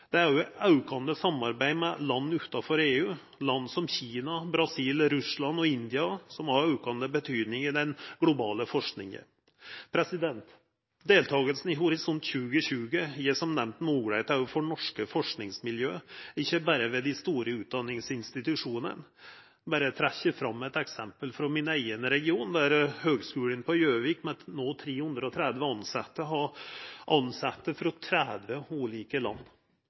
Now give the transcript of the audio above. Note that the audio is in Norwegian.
Det er òg eit aukande samarbeid med land utanfor EU – land som Kina, Brasil, Russland og India, som har aukande betyding i den globale forskinga. Deltakinga i Horisont 2020 gjev som nemnd moglegheiter òg for norske forskingsmiljø, ikkje berre ved dei store utdanningsinstitusjonane. Eg vil berre trekkja fram eit eksempel frå min eigen region, der Høgskolen i Gjøvik, som no har 330 tilsette, har tilsette frå 30 ulike land.